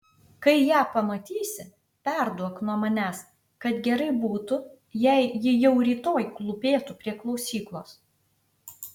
kai ją pamatysi perduok nuo manęs kad gerai būtų jei ji jau rytoj klūpėtų prie klausyklos